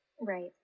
right